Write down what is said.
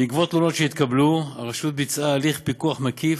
בעקבות תלונות שהתקבלו הרשות ביצעה הליך פיקוח מקיף,